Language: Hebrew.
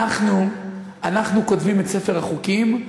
אנחנו כותבים את ספר החוקים,